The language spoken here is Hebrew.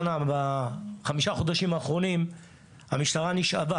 בחמשת החודשים האחרונים המשטרה נשאבה